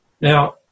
Now